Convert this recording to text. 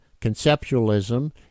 conceptualism